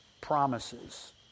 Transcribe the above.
promises